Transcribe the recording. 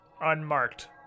Unmarked